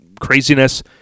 craziness